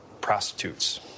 Prostitutes